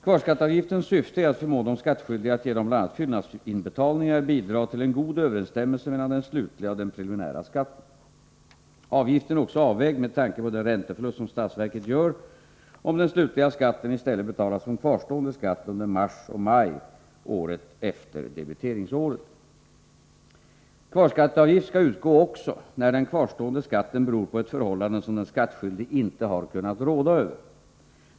Kvarskatteavgiftens syfte är att förmå de skattskyldiga att genom bl.a. fyllnadsinbetalningar bidra till en god överensstämmelse mellan den slutliga och den preliminära skatten. Avgiften är också avvägd med tanke på den ränteförlust som statsverket gör om den slutliga skatten i stället betalas som kvarstående skatt under mars och maj året efter debiteringsåret. Kvarskatteavgift skall utgå också när den kvarstående skatten beror på ett förhållande som den skattskyldige inte har kunnat råda över.